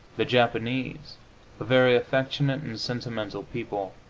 the japanese, a very affectionate and sentimental people,